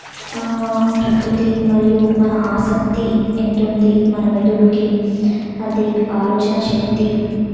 ప్రకృతి మరియు మన ఆసక్తి ఎంత ఉంది మన మెదడుకి అది ఆలోచన శక్తి